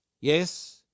yes